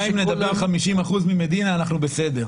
גם אם נדבר 50% ממדינה אנחנו בסדר.